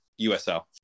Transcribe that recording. USL